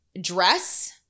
dress